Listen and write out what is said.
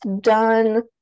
done